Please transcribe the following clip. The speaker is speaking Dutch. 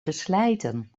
verslijten